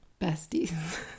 besties